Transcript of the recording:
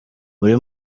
muri